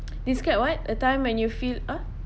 describe what a time when you feel ah